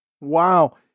Wow